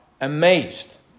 amazed